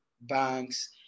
banks